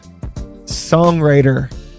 songwriter